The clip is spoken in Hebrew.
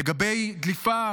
לגבי דליפה